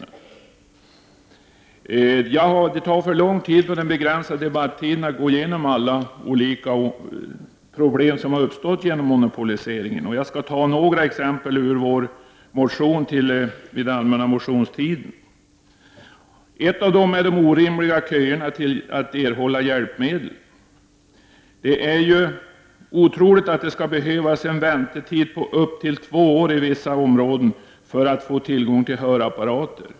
Det skulle ta för mycket av den begränsade debattiden att gå igenom alla de olika problem som har uppstått genom monopoliseringen, men jag vill ta några exempel ur vår motion under den allmänna motionstiden. Ett exempel är de orimliga köerna för att erhålla hjälpmedel. Det är otroligt att det skall behövas en väntetid på upp till två år i vissa områden för att få tillgång till hörapparat.